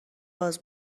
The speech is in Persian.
باز